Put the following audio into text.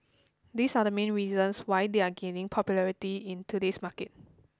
these are the main reasons why they are gaining popularity in today's market